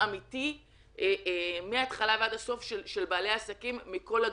אמיתי מהתחלה ועד הסוף של בעלי עסקים מכל הגוונים.